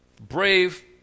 brave